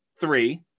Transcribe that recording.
three